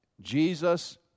Jesus